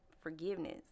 forgiveness